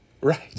Right